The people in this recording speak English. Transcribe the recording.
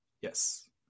Yes